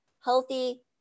healthy